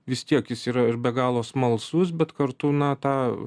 vis tiek jis yra ir be galo smalsus bet kartu na tą